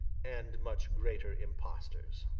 and much greater impostors.